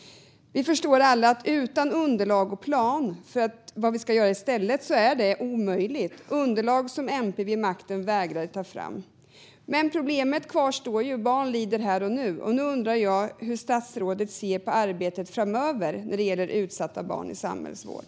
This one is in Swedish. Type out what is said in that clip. Vi förstår alla att utan underlag och plan för vad vi ska göra i stället är det omöjligt. Det handlar om underlag som MP vid makten vägrade ta fram. Men problemet kvarstår. Barn lider här och nu. Och nu undrar jag hur statsrådet ser på arbetet framöver när det gäller utsatta barn i samhällsvård.